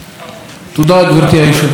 חברת הכנסת